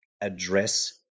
address